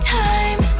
time